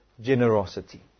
generosity